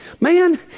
man